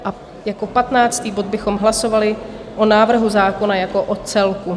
A jako patnáctý bod bychom hlasovali o návrhu zákona jako o celku.